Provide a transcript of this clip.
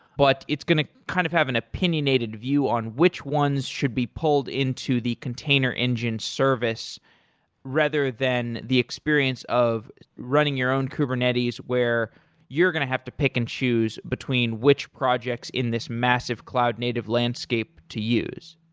but it's going to kind of have an opinionated view on which ones should be pulled into the container engine service rather than the experience of running your own kubernetes where you're going to have to pick and choose between which projects in this massive cloud native landscape to use.